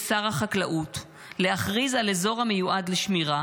שר החקלאות להכריז על אזור המיועד לשמירה,